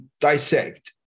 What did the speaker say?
dissect